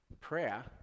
prayer